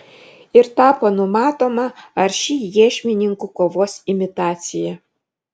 ir tapo numatoma arši iešmininkų kovos imitacija